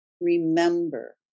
remember